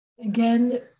Again